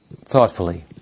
thoughtfully